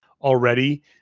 already